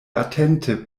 atente